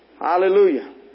Hallelujah